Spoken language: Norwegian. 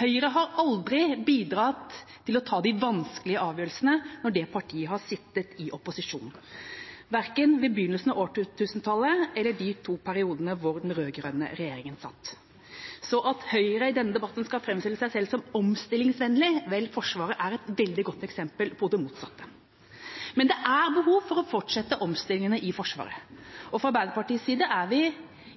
Høyre har aldri bidratt til å ta de vanskelige avgjørelsene når det partiet har sittet i opposisjon, verken ved begynnelsen av årtusentallet eller i de to periodene hvor den rød-grønne regjeringa satt. Så at Høyre i denne debatten skal framstille seg selv som omstillingsvennlig – vel, Forsvaret er et veldig godt eksempel på det motsatte. Men det er behov for å fortsette omstillingene i Forsvaret. Fra Arbeiderpartiets side er vi